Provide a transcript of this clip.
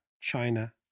china